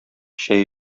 чәй